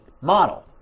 model